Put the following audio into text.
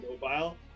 mobile